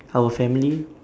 our family